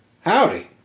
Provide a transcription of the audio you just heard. Howdy